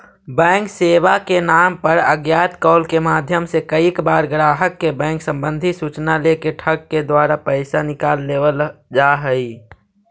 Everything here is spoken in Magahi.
बैंक सेवा के नाम पर अज्ञात कॉल के माध्यम से कईक बार ग्राहक के बैंक संबंधी सूचना लेके ठग के द्वारा पैसा निकाल लेवल जा हइ